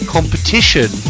Competition